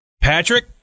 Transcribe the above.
Patrick